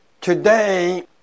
Today